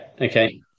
Okay